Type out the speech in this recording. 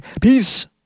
peace